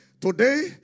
Today